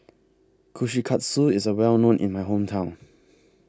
Kushikatsu IS A Well known in My Hometown